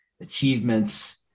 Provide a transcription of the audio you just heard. achievements